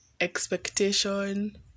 expectation